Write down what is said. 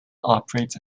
operate